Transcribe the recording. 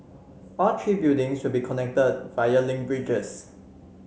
all three buildings will be connected via link bridges